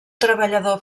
treballador